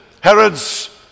Herod's